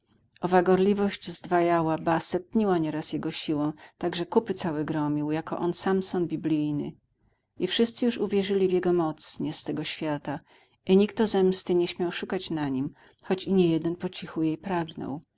owa gorliwość zdwajała ba setniła nieraz jego siłę tak że kupy całe gromił jako on samson biblijny i wszyscy już uwierzyli w jego moc nie z tego świata i nikto zemsty nie śmiał szukać na nim choć i niejeden pocichu jej pragnął